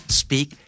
speak